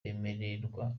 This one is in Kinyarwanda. bemererwa